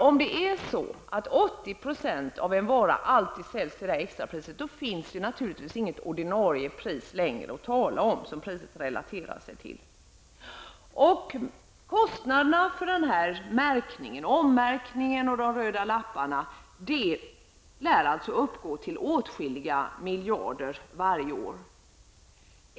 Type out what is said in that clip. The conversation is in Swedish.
Om 80 % av en vara alltid säljs till extrapriset, finns det naturligtvis inget ordinarie pris längre att tala om som priset relaterats till. Kostnaderna för ommärkningen och de röda lapparna lär uppgå till åtskilliga miljarder varje år.